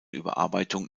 überarbeitung